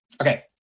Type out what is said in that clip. okay